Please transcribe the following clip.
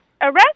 arrest